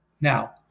Now